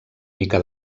mica